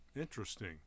Interesting